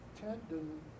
tendon